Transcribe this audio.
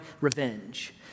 revenge